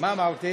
מה אמרתי?